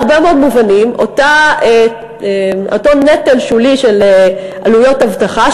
בהרבה מאוד מובנים אותו נטל שולי של עלויות אבטחה,